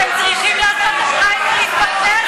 צריכים לעשות לו פריימריז בכנסת.